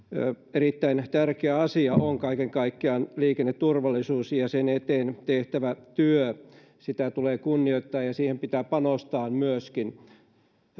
erittäin tärkeä asia on kaiken kaikkiaan liikenneturvallisuus ja sen eteen tehtävä työ sitä tulee kunnioittaa ja siihen pitää panostaa myöskin